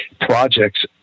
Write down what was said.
projects